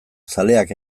zaleak